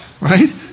Right